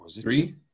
Three